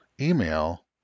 email